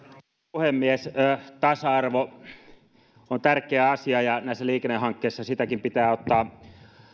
puhemies tasa arvo on tärkeä asia ja näissä liikennehankkeissa sitäkin pitää ottaa